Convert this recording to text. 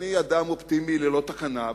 אני אדם אופטימי ללא תקנה,